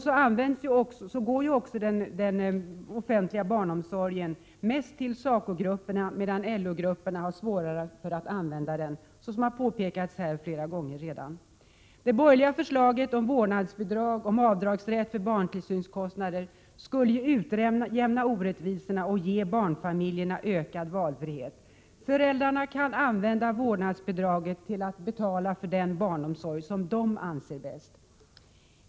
Så går också den offentliga barnomsorgen mest till SACO-grupperna, medan LO-grupperna har svårare för att använda den, såsom har påpekats här flera gånger redan. Det borgerliga förslaget om vårdnadsbidrag och avdragsrätt för barntillsynskostnader skulle utjämna orättvisorna och ge barnfamiljerna ökad valfrihet. Föräldrarna kan använda vårdnadsbidraget till att betala för den barnomsorg som de anser bäst.